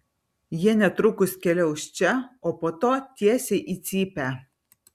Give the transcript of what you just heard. jie netrukus keliaus čia o po to tiesiai į cypę